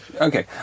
Okay